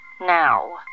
Now